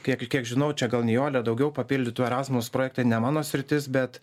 kiek kiek žinau čia gal nijolė daugiau papildytų erasmus projektai ne mano sritis bet